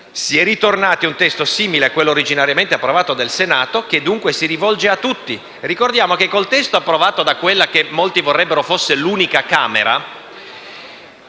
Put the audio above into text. si è tornati a un testo simile a quello originariamente approvato dal Senato, che dunque si rivolge a tutti. Ricordiamo che con il testo approvato da quella che molti vorrebbero fosse l'unica Camera,